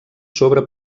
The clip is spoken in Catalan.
sobre